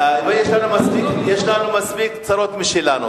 יש לנו מספיק צרות משלנו.